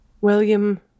William